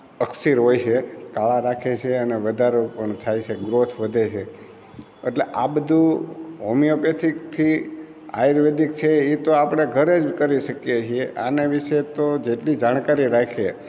અકસીર હોય છે કાળા રાખે છે અને વધારો પણ થાય છે ગ્રોથ વધે છે એટલે આ બધું હોમિયોપેથિકથી આયુર્વેદિક છે એ તો આપણે ઘરે જ કરી શકીએ છીએ આને વિષે તો જેટલી જાણકારી રાખીએ